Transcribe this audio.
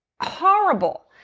horrible